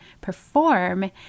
perform